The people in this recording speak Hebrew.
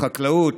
חקלאות,